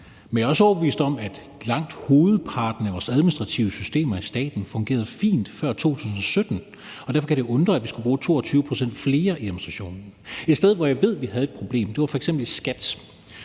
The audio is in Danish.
Men jeg er også overbevist om, at langt hovedparten af vores administrative systemer i staten fungerede fint før 2017. Derfor kan det undre, at vi skulle bruge 22 pct. flere i administrationen. Et sted, hvor jeg ved at vi havde et problem, er f.eks. i